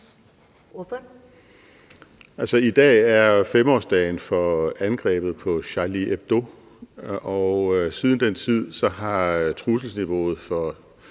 Altså, i dag er 5-årsdagen for angrebet på Charlie Hebdo, og siden den tid har trusselsniveauet for